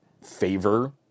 favor